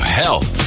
health